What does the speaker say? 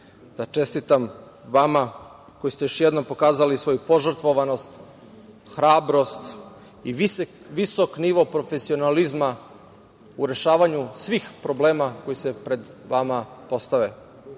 da čestitam vama koji ste još jednom pokazali svoju požrtvovanost, hrabrost i visok nivo profesionalizma u rešavanju svih problema koji se pred vama postave